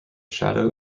shadow